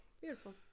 beautiful